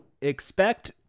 expect